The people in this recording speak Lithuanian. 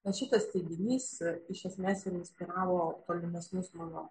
va šitas teiginys iš esmės ir inspiravo tolimesnius mano